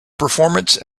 performance